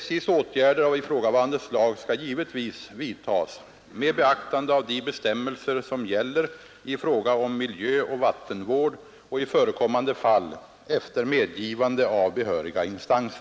SJ:s åtgärder av ifrågavarande slag skall givetvis vidtas med beaktande av de bestämmelser som gäller i fråga om miljöoch vattenvård och i förekommande fall efter medgivande av behöriga instanser.